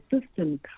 system